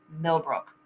Millbrook